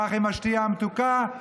כך עם השתייה המתוקה,